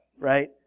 right